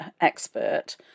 expert